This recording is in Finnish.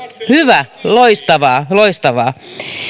hyvä loistavaa loistavaa